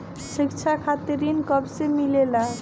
शिक्षा खातिर ऋण कब से मिलेला?